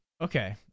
okay